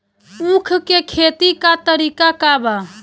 उख के खेती का तरीका का बा?